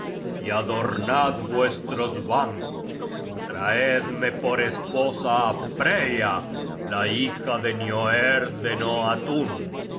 y ador nad vuestros bancos traedme por esposa á freya la hija de nioerd de noatun